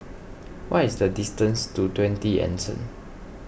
what is the distance to twenty Anson